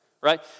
right